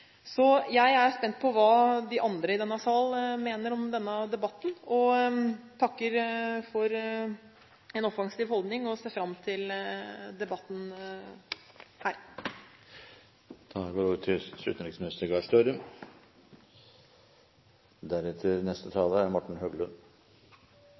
Jeg er spent på hva de andre i denne salen mener om denne debatten. Jeg takker for en offensiv holdning og ser fram til debatten her.